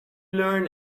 learn